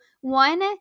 one